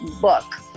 book